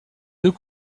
deux